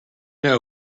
know